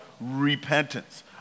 repentance